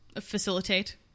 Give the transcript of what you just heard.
facilitate